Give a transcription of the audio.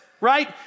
right